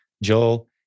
Joel